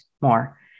more